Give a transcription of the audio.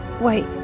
Wait